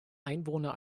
einwohner